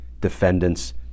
defendants